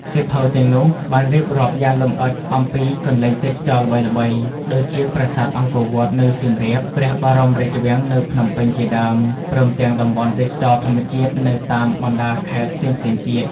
សៀវភៅទាំងនោះបានរៀបរាប់យ៉ាងលម្អិតអំពី កន្លែងទេសចរណ៍ល្បីៗ ដូចជាប្រាសាទអង្គរវត្តនៅសៀមរាប ព្រះបរមរាជវាំងនៅភ្នំពេញជាដើម ព្រមទាំងតំបន់ទេសចរណ៍ធម្មជាតិនៅតាមបណ្ដាខេត្តផ្សេងៗទៀត។